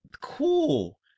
cool